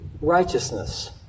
Righteousness